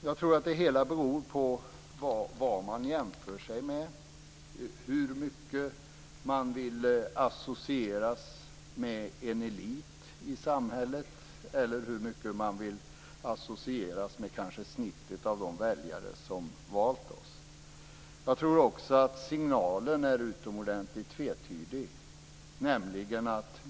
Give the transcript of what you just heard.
Jag tror att det hela beror på vad man jämför sig med, hur mycket man vill associeras med en elit eller hur mycket man vill associeras med snittet av de väljare som har valt oss. Jag tror också att signalen är utomordentligt tvetydig.